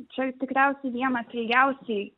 čia tikriausiai vienas ilgiausiai